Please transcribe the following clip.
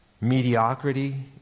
mediocrity